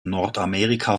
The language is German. nordamerika